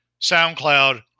SoundCloud